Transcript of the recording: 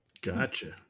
Gotcha